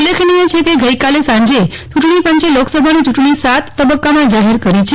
ઉલ્લેખનીય છે કે ગઇકાલે સાંજે ચૂંટજીપંચે લોકસભાની ચૂંટજી સાત તબક્કામાં જાહેર કરી છે